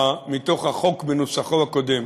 וכך ראינו גם מתוך החוק בנוסחו הקודם: